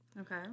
Okay